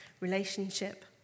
relationship